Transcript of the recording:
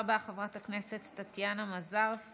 תודה רבה, חברת הכנסת טטיאנה מזרסקי.